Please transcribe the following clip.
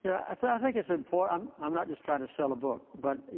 i think it's important i'm not just trying to sell a book, but